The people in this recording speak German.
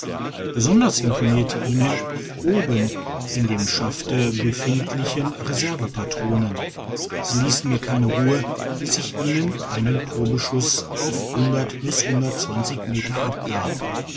besonders imponierte ihnen die oben in dem schafte befindlichen reserve patronen sie hessen mir keine ruhe bis ich ihnen einen probeschuss auf meter abgab